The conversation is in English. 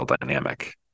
dynamic